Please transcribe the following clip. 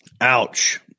ouch